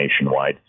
nationwide